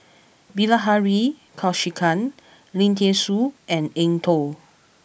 Bilahari Kausikan Lim Thean Soo and Eng Tow